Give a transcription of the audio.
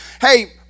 hey